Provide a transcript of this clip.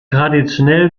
traditionell